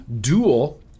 dual